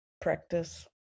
practice